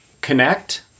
connect